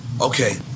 Okay